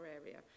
area